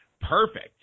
perfect